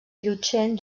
llutxent